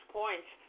points